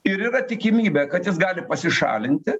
ir yra tikimybė kad jis gali pasišalinti